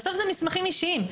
בסוף אלה מסמכים אישים.